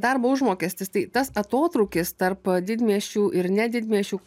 darbo užmokestis tai tas atotrūkis tarp didmiesčių ir ne didmiesčių